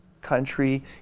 country